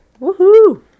Woohoo